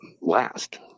last